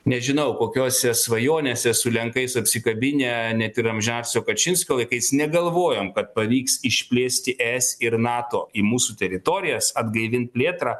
nežinau kokiose svajonėse su lenkais apsikabinę net ir amžinasio kačinsko laikais negalvojom kad pavyks išplėsti es ir nato į mūsų teritorijas atgaivint plėtrą